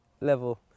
level